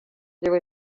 there